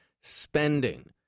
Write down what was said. spending